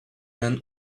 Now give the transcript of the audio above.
man